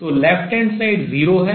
तो left hand side 0 है